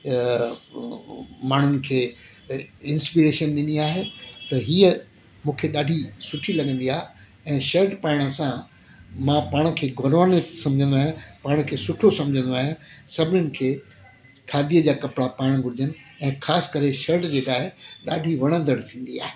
अ माण्हुनि खे इंस्पीरेशन ॾिनी आहे त हीअं मूंखे ॾाढी सुठी लॻंदी आहे ऐं शर्ट पाइण सां मां पाण खे गुणवाणित सम्झंदो आहियां पाण खे सुठो सम्झंदो आहियां सभिनीनि खे खादीअ जा कपिड़ा पाइण घुर्जनि ऐं ख़ासि करे शर्ट जेका आहे ॾाढी वणंदड़ थींदी आहे